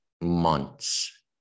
months